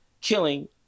killing